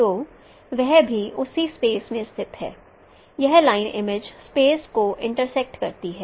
तो वह भी उसी स्पेस में स्थित है यह लाइन इमेज स्पेस को इंटरसेक्ट करती है